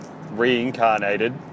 reincarnated